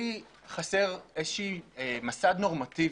לי חסר מסד נורמטיבי.